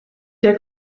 der